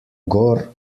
gor